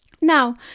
Now